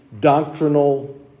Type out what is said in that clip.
doctrinal